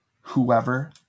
whoever